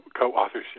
co-authorship